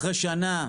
אחרי שנה,